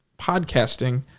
podcasting